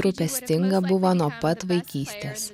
rūpestinga buvo nuo pat vaikystės